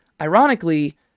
Ironically